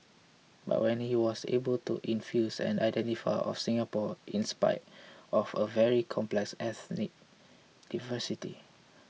but he was able to infuse an identity of Singapore in spite of a very complex ethnic diversity